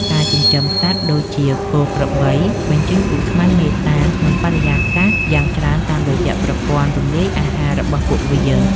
ការចិញ្ចឹមសត្វដូចជាគោក្របី បញ្ចេញឧស្ម័នមេតាន ក្នុងបរិមាណយ៉ាងច្រើនតាមរយៈប្រព័ន្ធរំលាយអាហាររបស់ពួកវា។